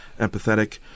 empathetic